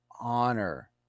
honor